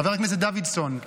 חבר הכנסת דוידסון,